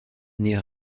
née